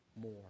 more